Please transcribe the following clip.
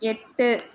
எட்டு